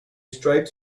striped